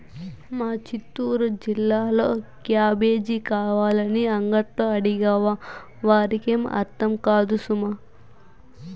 మా చిత్తూరు జిల్లాలో క్యాబేజీ కావాలని అంగట్లో అడిగినావా వారికేం అర్థం కాదు సుమా